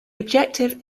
objective